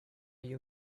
you